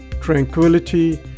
tranquility